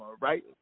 right